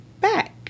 back